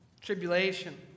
tribulation